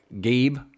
Gabe